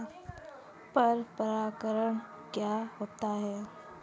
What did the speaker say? पर परागण क्या होता है?